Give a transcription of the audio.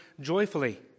joyfully